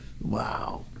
Wow